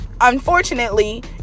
unfortunately